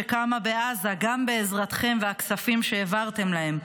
שקמה בעזה גם בעזרתכם והכספים שהעברתם להם,